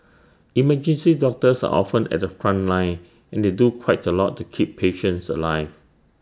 emergency doctors are often at the front line and they do quite A lot to keep patients alive